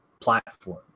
platform